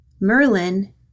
Merlin